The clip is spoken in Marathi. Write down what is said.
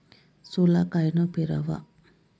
सोला कायनं पेराव?